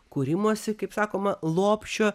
kūrimosi kaip sakoma lopšio